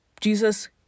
Jesus